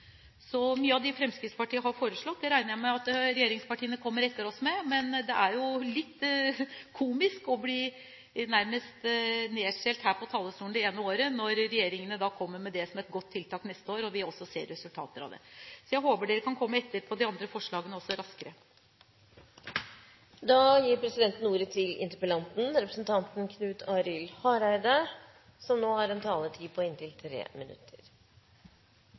Så jeg regner med at regjeringspartiene kommer etter oss med mye av det som vi i Fremskrittspartiet har foreslått. Men det er jo litt komisk å bli nærmest utskjelt her på talerstolen det ene året, når regjeringspartiene kommer med det samme som et godt tiltak det neste året og vi også ser resultater av det. Så jeg håper dere kan komme raskere etter også med de andre forslagene! Eg vil få takke for ein veldig god debatt, for dei mange veldig gode innlegga. Det har